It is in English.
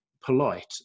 polite